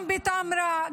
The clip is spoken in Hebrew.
גם בטמרה,